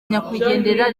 nyakwigendera